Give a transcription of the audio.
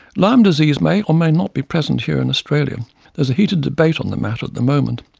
lyme disease may or may not be present here in australia there is a heated debate on the matter at the moment.